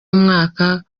mwaka